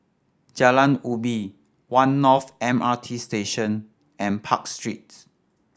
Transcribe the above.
Jalan Ubi One North M R T Station and Park Street